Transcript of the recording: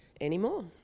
anymore